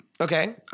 Okay